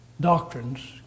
doctrines